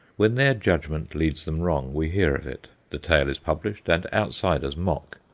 when their judgment leads them wrong we hear of it, the tale is published, and outsiders mock.